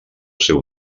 seu